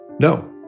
No